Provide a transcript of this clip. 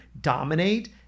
dominate